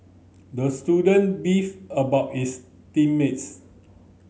the student beefed about his team mates